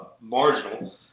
marginal